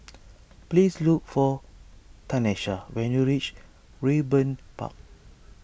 please look for Tanesha when you reach Raeburn Park